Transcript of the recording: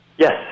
Yes